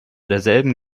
derselben